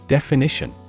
Definition